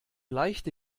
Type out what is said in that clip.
leichte